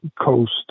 coast